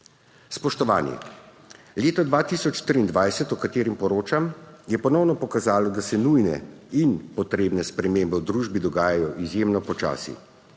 Spoštovani! Leto 2023, o katerem poročam, je ponovno pokazalo, da se nujne in potrebne spremembe v družbi dogajajo izjemno počasi.